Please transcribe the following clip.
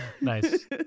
Nice